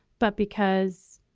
but because,